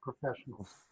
professionals